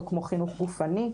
או כמו חינוך גופני.